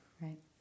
right